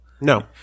No